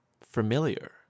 familiar